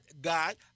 God